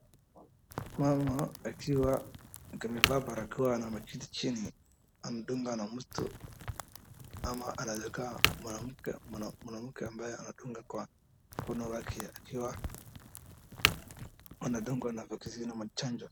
Mama akiwa amevaa barakoa na ameketi chini, amedungwa na mtu, ama anaezakua mwanamke ambaye anadungwa kwa mkono wake akiwa anadungwa na kukiziwa ama chanjo.